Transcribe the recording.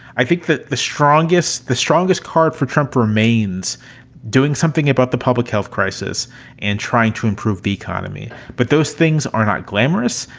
i think that the strongest the strongest card for trump remains doing something about the public health crisis and trying to improve the economy. but those things are not glamorous.